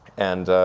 and,